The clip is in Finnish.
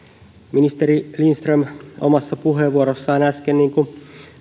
ministeri lindström omassa puheenvuorossaan äsken